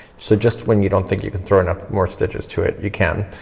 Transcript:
so just when you don't think you can throw enough more stitches to it you can.